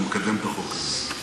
ומקדם את החוק הזה.